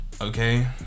okay